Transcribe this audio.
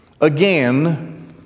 again